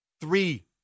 Three